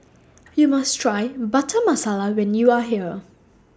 YOU must Try Butter Masala when YOU Are here